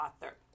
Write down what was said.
author